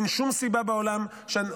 אין שום סיבה בעולם --- שמחה,